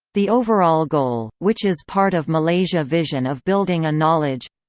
the overall goal, which is part of malaysia vision of building a knowledge